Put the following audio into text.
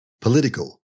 political